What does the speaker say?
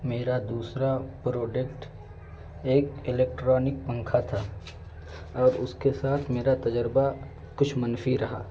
میرا دوسرا پروڈکٹ ایک الیکٹرانک پنکھا تھا اور اس کے ساتھ میرا تجربہ کچھ منفی رہا